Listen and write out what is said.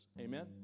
amen